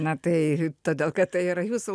na tai todėl kad tai yra jūsų